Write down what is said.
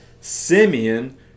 Simeon